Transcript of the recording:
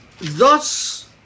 thus